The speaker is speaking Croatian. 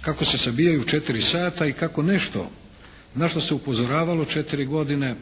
kako se sabijaju u četiri sata i kako nešto na što se upozoravalo četiri godine